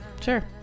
Sure